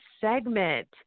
segment